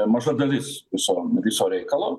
maža dalis viso viso reikalo